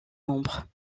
membre